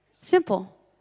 Simple